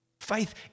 Faith